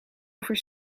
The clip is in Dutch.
over